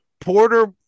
Porter